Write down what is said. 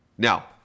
Now